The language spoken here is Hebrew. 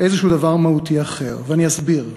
איזשהו דבר מהותי אחר, ואני אסביר.